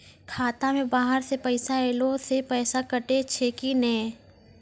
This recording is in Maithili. खाता मे बाहर से पैसा ऐलो से पैसा कटै छै कि नै?